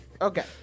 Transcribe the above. Okay